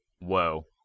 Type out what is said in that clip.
Whoa